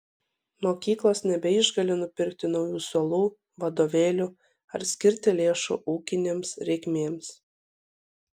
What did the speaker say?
mokyklos nebeišgali nupirkti naujų suolų vadovėlių ar skirti lėšų ūkinėms reikmėms